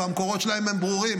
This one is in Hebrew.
והמקורות שלהם ברורים,